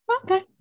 Okay